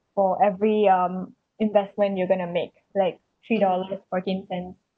for every um investment you're going to make like three dollars fourteen cents